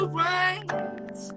right